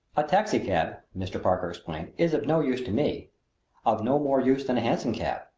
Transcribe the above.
a taxicab, mr. parker explained, is of no use to me of no more use than a hansom cab.